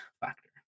factor